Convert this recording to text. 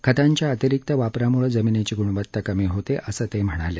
खतांच्या अतिरिक्त वापरामुळे जमिनीची गुणवत्ता कमी होते असं ते यावेळी म्हणाले